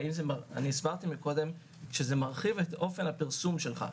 הסברתי קודם שזה מרחיב את אופן הפרסום שלך.